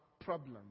problem